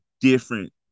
different